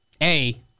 A-